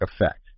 effect